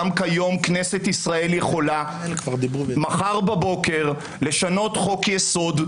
גם כיום כנסת ישראל יכולה מחר בבוקר לשנות חוק יסוד,